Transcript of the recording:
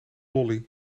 lolly